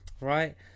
right